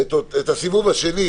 את הסיבוב השני,